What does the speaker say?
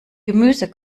gemüse